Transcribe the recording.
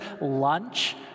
lunch